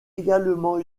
également